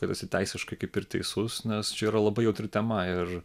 kad esi teisiškai kaip ir teisus nes čia yra labai jautri tema ir